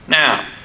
Now